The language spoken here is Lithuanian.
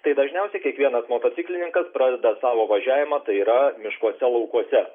tai dažniausiai kiekvienas motociklininkas pradeda savo važiavimą tai yra miškuose laukuose